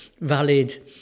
valid